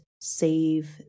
save